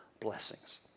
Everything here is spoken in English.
blessings